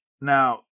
Now